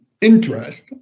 interest